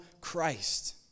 Christ